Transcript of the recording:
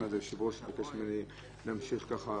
אדוני היושב ראש, ברשותך אני אמשיך את הצגת החוק.